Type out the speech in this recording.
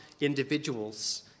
individuals